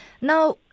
Now